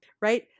right